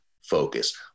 focus